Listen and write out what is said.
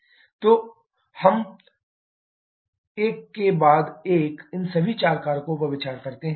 तो अब हम एक के बाद एक इन सभी चार कारकों पर विचार करते हैं